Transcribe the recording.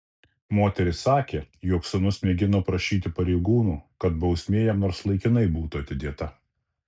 moteris sakė jog sūnus mėgino prašyti pareigūnų kad bausmė jam nors laikinai būtų atidėta